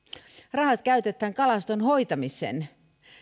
rahat käytetään kalaston hoitamiseen